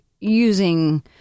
using